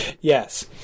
yes